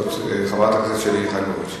חברת כנסת שלי יחימוביץ.